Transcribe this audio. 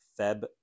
Feb